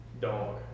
Dog